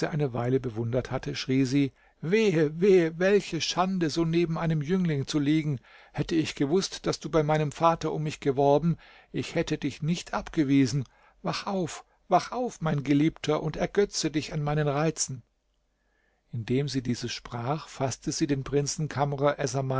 eine weile bewundert hatte schrie sie wehe wehe welche schande so neben einem jüngling zu liegen hätte ich gewußt daß du bei meinem vater um mich geworben ich hätte dich nicht abgewiesen wach auf wach auf mein geliebter und ergötze dich an meinen reizen indem sie dieses sprach faßte sie den prinzen kamr